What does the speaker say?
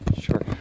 Sure